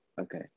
Okay